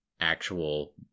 actual